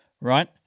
right